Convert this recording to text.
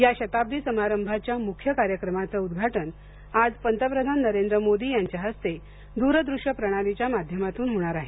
या शताब्दी समारंभाच्या मुख्य कार्यक्रमाचं उद्घाटन आज पंतप्रधान नरेंद्र मोदी यांच्या हस्ते दूर दृश्य प्रणालीच्या माध्यमातून होणार आहे